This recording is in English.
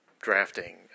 drafting